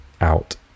out